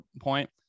point